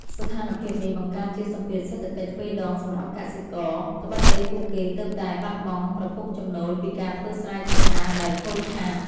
ស្ថានភាពនេះបង្កើតជាសម្ពាធសេដ្ឋកិច្ចទ្វេដងសម្រាប់កសិករ ត្បិតអីពួកគេទើបតែបាត់បង់ប្រភពចំណូលពីការធ្វើស្រែចម្ការដែលខូចខាត។